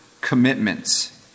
commitments